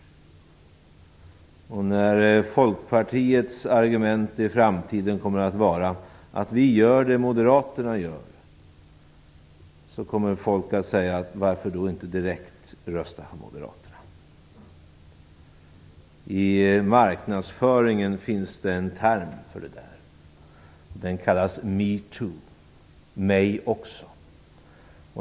När Folkpartiets argument i framtiden är att de gör det Moderaterna gör kommer folk att säga: Varför då inte direkt rösta på Moderaterna? I marknadsföringen finns det en term för det: me too, mig också.